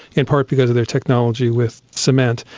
in part because of their technology with cement.